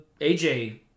AJ